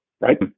Right